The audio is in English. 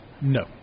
No